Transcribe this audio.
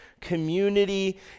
community